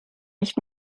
nicht